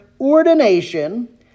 ordination